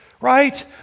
Right